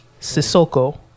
Sissoko